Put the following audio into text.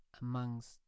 amongst